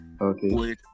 okay